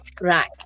right